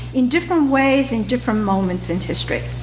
in different ways in different moments in history.